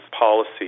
policy